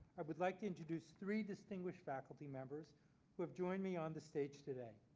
i would like to introduce three distinguished faculty members who have joined me on the stage today.